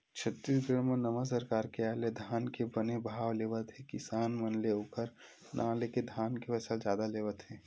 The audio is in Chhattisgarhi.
छत्तीसगढ़ म नवा सरकार के आय ले धान के बने भाव लेवत हे किसान मन ले ओखर नांव लेके धान के फसल जादा लेवत हे